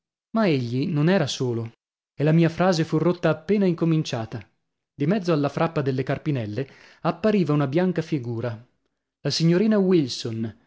egli non era solo e la mia frase fu rotta appena incominciata di mezzo alla frappa delle carpinelle appariva una bianca figura la signorina wilson